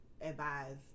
advise